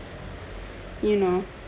you know